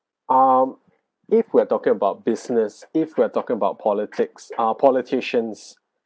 um if we're talking about business if we're talking about politics ah politicians